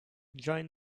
join